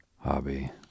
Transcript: Hobby